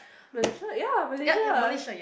Malaysia ya Malaysia